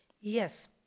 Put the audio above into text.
Yes